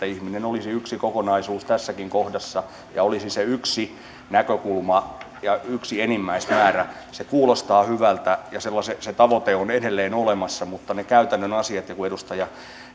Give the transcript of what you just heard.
ihminen olisi yksi kokonaisuus tässäkin kohdassa ja olisi se yksi näkökulma ja yksi enimmäismäärä se kuulostaa hyvältä ja se tavoite on edelleen olemassa mutta kun on ne käytännön asiat ja kun edustaja